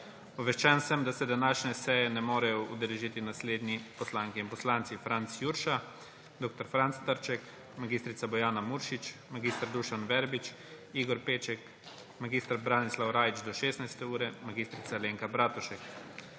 Obveščen sem, da se današnje seje ne morejo udeležiti naslednji poslanke in poslanci: